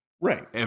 Right